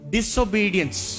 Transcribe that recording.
Disobedience